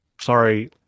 sorry